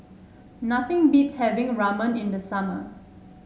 nothing beats having Ramen in the summer